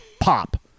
Pop